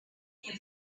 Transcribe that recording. nie